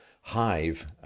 hive